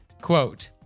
quote